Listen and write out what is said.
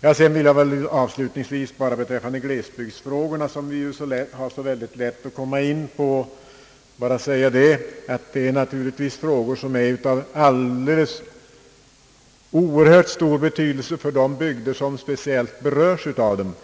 Jag vill avslutningsvis säga beträffande glesbygdsproblemen, som vi har så väldigt lätt att komma in på, att det naturligtvis är frågor som är av oerhört stor betydelse för de bygder som speciellt berörs av dem.